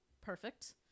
perfect